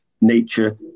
nature